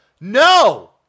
no